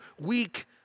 weak